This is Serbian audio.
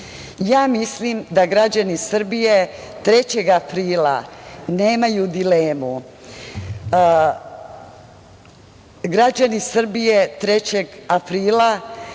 mislim da građani Srbije 3. aprila nemaju dilemu. Građani Srbije 3. aprila